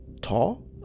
tall